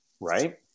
Right